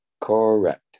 Correct